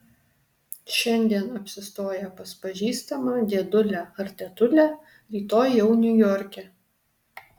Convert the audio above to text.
šiandien apsistoję pas pažįstamą dėdulę ar tetulę rytoj jau niujorke